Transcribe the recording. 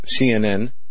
CNN